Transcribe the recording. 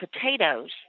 potatoes